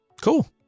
Cool